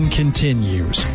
continues